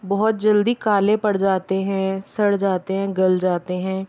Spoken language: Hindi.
बहुत जल्दी काले पड़ जाते हैं सड़ जाते हैं गल जाते हैं